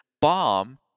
bomb